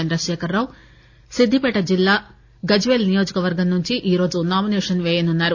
చంద్రకేఖరరావు సిద్ధిపేట జిల్లా గజ్వేల్ నియోజకవర్గం నుండి ఈరోజు నామినేషన్ పేయనున్నారు